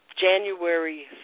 January